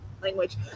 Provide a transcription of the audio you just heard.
Language